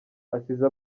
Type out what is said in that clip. asize